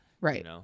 Right